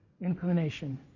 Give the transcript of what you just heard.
inclination